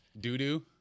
Doo-doo